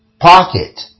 Pocket